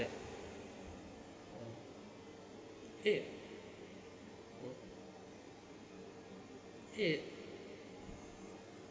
eh eh